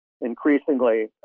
increasingly